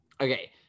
Okay